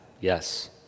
Yes